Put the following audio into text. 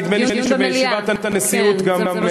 נדמה לי שבישיבת הנשיאות גם,